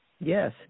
Yes